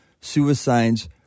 suicides